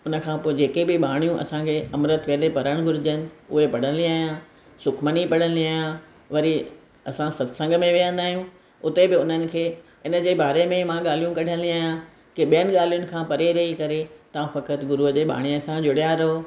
उनखां पऐ जेके बि बाणियूं असांखे अमृत वेले पढ़णु घुरिजनि उहे पढ़ंदी आहियां सुखमनी पढ़ंदी आहियां वरी असां सत्संग में विहंदा आहियूं उते उननि खे इनजे बारे में मां ॻाल्हियूं कढंदी आहियां की ॿियनि ॻाल्हियुनि खां परे रही करे तां फ़कति गुरूअ जे बाणीअ सां जुड़िया रहियो